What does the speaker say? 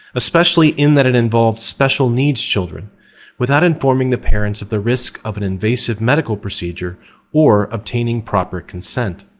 especially in that it involved special needs children without informing the parents of the risk of an invasive medical procedure or obtaining proper consent.